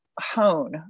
hone